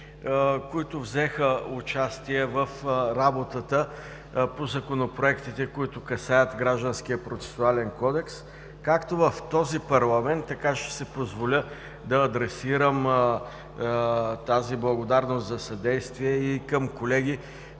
които взеха участие в работата по законопроектите, които касаят Гражданския процесуален кодекс, както в този парламент, така ще си позволя да адресирам тази благодарност за съдействие и към колеги